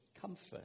comfort